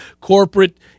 corporate